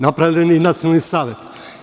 Napravljen je i Nacionalni savet.